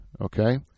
Okay